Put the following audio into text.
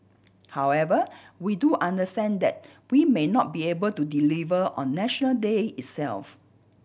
however we do understand that we may not be able to deliver on National Day itself